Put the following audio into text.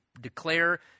declare